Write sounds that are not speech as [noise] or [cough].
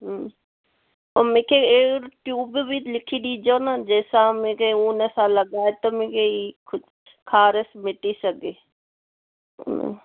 हूं पोइ मूंखे अहिड़ो ट्यूब बि लिखी ॾिजो न जंहिंसां मूंखे हुन सां लगाए त मूंखे हीअ खुज खारस मिटी सघे [unintelligible]